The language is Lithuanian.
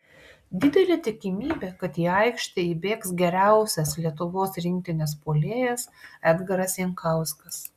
didelė tikimybė kad į aikštę įbėgs geriausias lietuvos rinktinės puolėjas edgaras jankauskas